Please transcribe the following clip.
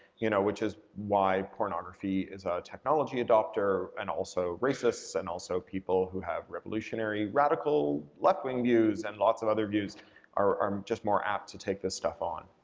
you know which is why pornography is a technology adopter and also racists and also people who have revolutionary, radical, left-wing views and lots of other views are just more apt to take this stuff on.